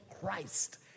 Christ